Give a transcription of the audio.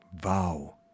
vow